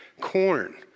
corn